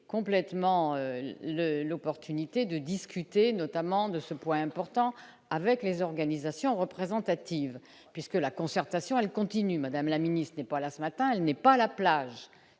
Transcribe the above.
complètement le l'opportunité de discuter notamment de ce point important avec les organisations représentatives, puisque la concertation elle continue Madame la ministre, ce pas là ce matin, il n'est pas à la plage